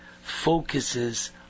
focuses